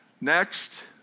Next